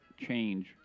change